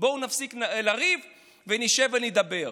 בואו נפסיק לריב ונשב ונדבר.